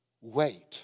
Wait